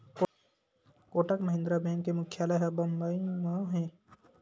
Kotak Mahindra bank के मुख्यालय ह बंबई म हे